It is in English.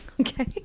Okay